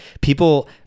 people